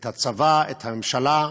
את הצבא, את הממשלה,